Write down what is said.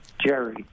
Jerry